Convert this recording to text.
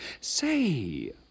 Say